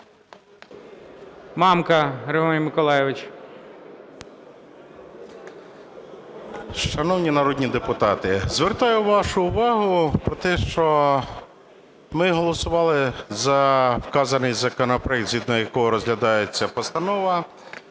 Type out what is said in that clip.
МАМКА Г.М. Шановні народні депутати, звертаю вашу увагу про те, що ми голосували за вказаний законопроект, згідно якого розглядається постанова,